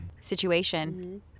situation